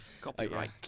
Copyright